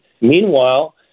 Meanwhile